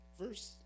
Verse